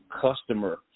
customer